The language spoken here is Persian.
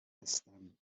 هستم